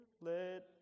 let